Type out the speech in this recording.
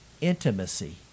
intimacy